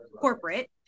corporate